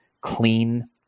clean